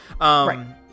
Right